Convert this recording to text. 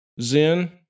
Zen